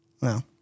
No